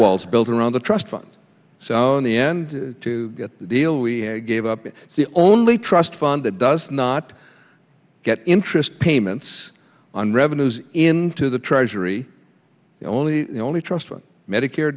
walls built around the trust fund so in the end to get the deal we gave up the only trust fund that does not get interest payments on revenues into the treasury only only trust in medicare